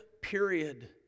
period